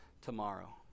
tomorrow